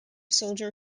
soldier